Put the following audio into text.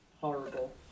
Horrible